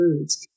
foods